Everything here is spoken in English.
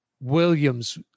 Williams